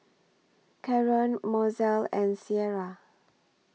Karon Mozell and Sierra